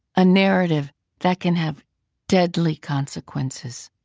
a narrative that can have deadly consequences,